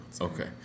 okay